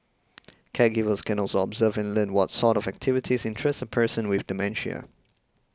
caregivers can also observe and learn what sort of activities interest a person with dementia